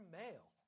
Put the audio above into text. male